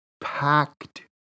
packed